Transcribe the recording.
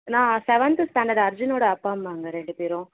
நான் seventh standard அர்ஜுனோடய அப்பா அம்மாங்க ரெண்டு பேரும்